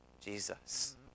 Jesus